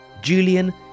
Julian